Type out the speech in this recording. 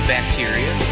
Bacteria